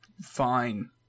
fine